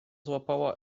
złapała